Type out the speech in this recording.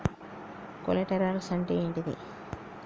Collaterals అంటే ఏంటిది?